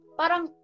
parang